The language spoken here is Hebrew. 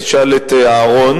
תשאל את אהרן,